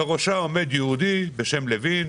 בראשה עומד יהודי בשם לוין,